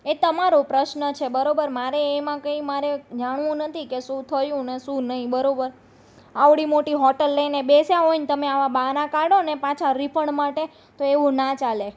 એ તમારો પ્રશ્ન છે બરોબર મારે એમાં કંઈ મારે જાણવું નથી કે શું થયુંને શું નહીં બરોબર આવડી મોટી હોટલ લઈને બેસ્યા હોયને તમે આવા બહાના કાઢોને પાછા રિફંડ માટે તો એવું ના ચાલે